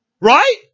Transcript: Right